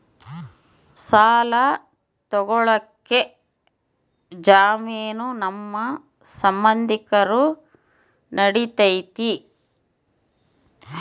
ಸಾಲ ತೊಗೋಳಕ್ಕೆ ಜಾಮೇನು ನಮ್ಮ ಸಂಬಂಧಿಕರು ನಡಿತೈತಿ?